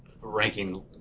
ranking